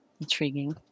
Intriguing